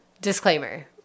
disclaimer